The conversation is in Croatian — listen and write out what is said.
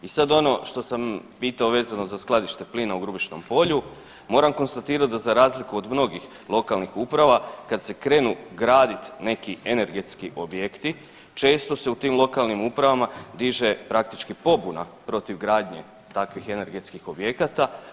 I sad ono što sam pitao vezano za skladište plina u Grubišnom polju, moram konstatirat da za razliku od mnogi lokalnih uprava kad se krenu gradit neki energetski objekti često se u tim lokalnim uprava diže praktički pobuna protiv gradnje takvih energetskih objekata.